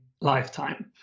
lifetime